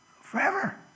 forever